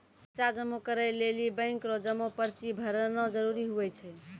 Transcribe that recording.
पैसा जमा करै लेली बैंक रो जमा पर्ची भरना जरूरी हुवै छै